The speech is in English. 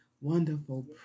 wonderful